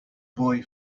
boy